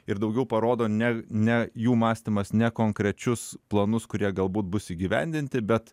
ir daugiau parodo ne ne jų mąstymas ne konkrečius planus kurie galbūt bus įgyvendinti bet